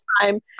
time